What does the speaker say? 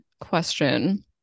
question